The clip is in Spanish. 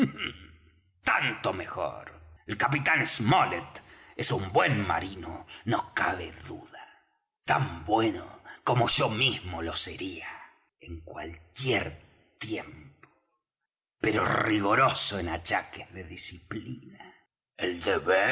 tanto mejor el capitán smollet es un buen marino no cabe duda tan bueno como yo mismo lo sería en cualquier tiempo pero rigoroso en achaques de disciplina